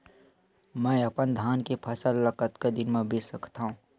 मैं अपन धान के फसल ल कतका दिन म बेच सकथो?